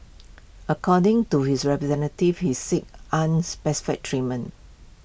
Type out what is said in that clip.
according to his representatives he is seek unspecified treatment